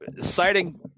citing